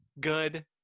good